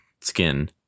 skin